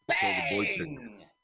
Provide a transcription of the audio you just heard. Bang